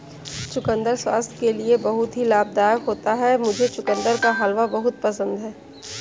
चुकंदर स्वास्थ्य के लिए बहुत ही लाभदायक होता है मुझे चुकंदर का हलवा बहुत पसंद है